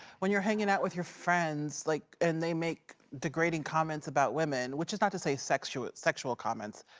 when you're hanging out with your friends, like, and they make degrading comments about women. which is not to say sexual sexual comments.